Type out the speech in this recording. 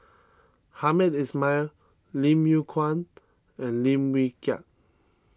Hamed Ismail Lim Yew Kuan and Lim Wee Kiak